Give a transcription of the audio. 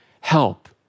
help